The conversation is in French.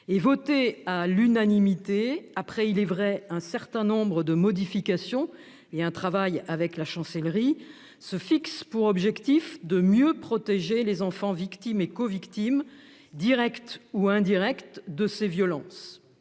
à l'Assemblée nationale, après- il est vrai -un certain nombre de modifications et un travail avec la Chancellerie, a pour objectif de mieux protéger les enfants victimes et covictimes, directes ou indirectes, de ces violences.